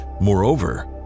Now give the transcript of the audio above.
Moreover